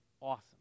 awesome